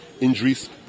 injuries